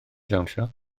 dawnsio